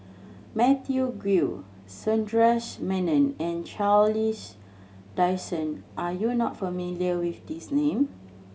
Matthew Ngui Sundaresh Menon and Charles Dycen are you not familiar with these name